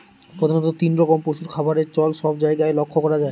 প্রধাণত তিন রকম পশুর খাবারের চল সব জায়গারে লক্ষ করা যায়